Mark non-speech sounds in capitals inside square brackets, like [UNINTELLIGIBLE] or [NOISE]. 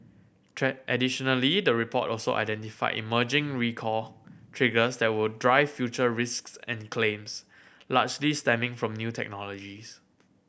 [UNINTELLIGIBLE] additionally the report also identified emerging recall triggers that will drive future risks and claims largely stemming from new technologies